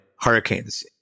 hurricanes